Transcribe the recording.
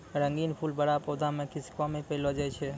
रंगीन फूल बड़ा पौधा मेक्सिको मे पैलो जाय छै